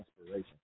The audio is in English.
inspiration